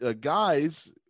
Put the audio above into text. guys